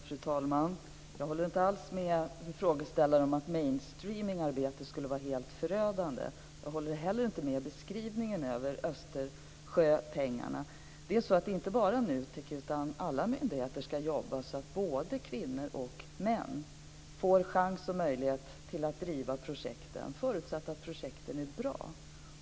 Fru talman! Jag håller inte alls med frågeställaren om att mainstream-arbete skulle vara helt förödande. Jag instämmer inte heller i beskrivningen av fördelningen av Östersjöpengarna. Det här rör inte bara NUTEK, utan alla myndigheter ska jobba så att både kvinnor och män får chans och möjlighet att driva olika projekt, förutsatt att projekten är bra.